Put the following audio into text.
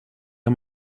amb